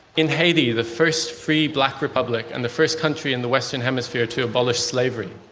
in haiti, the first free black republic and the first country in the western hemisphere to abolish slavery,